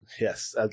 Yes